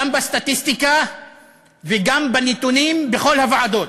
גם בסטטיסטיקה וגם בנתונים בכל הוועדות.